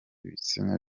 ibitsina